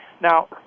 Now